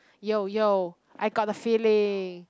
yo yo I gotta feeling